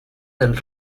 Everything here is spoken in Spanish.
del